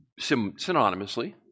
synonymously